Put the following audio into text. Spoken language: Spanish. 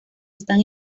están